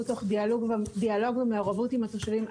תוך דיאלוג ומעורבות התושבים עצמם.